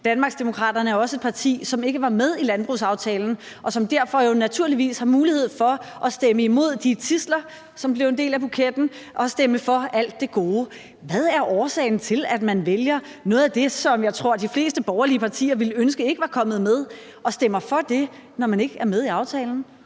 Danmarksdemokraterne er også et parti, som ikke var med i landbrugsaftalen, og som jo derfor naturligvis har en mulighed for at stemme imod de tidsler, som blev en del af buketten, og stemme for alt det gode. Hvad er årsagen til, at man vælger at stemme for noget af det, som jeg tror de fleste borgerlige partier ville ønske ikke var kommet med, når man ikke er med i aftalen?